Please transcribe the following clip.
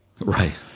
Right